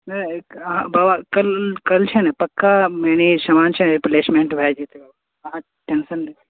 नहि अहाँ बाबा कल कल छै ने पक्का मने सामान छै रिप्लेसमेन्ट भऽ जेतय बाबा अहाँ टेन्शन नहि